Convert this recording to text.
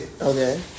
Okay